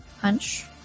punch